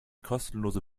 kostenlose